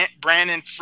Brandon